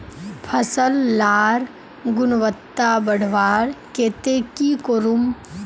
फसल लार गुणवत्ता बढ़वार केते की करूम?